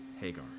Hagar